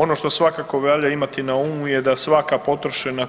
Ono što svakako valja imati na umu je da svaka potrošena